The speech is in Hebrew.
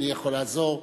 אני יכול לעזור,